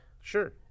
Sure